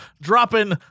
dropping